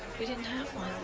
we didn't have one.